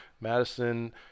Madison